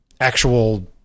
Actual